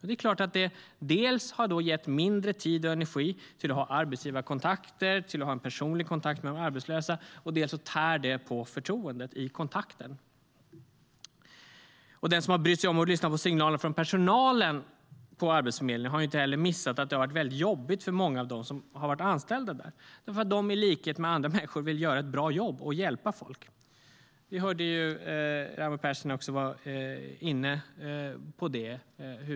Det är klart att det dels har gett mindre tid och energi till att ha arbetsgivarkontakter och personlig kontakt med de arbetslösa, dels har tärt på förtroendet i kontakten. Den som har brytt sig om att lyssna på signalerna från personalen på Arbetsförmedlingen har inte heller missat att detta har varit väldigt jobbigt för många av de anställda där eftersom de i likhet med andra människor vill göra ett bra jobb och hjälpa folk. Raimo Pärssinen var inne på det.